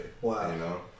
Wow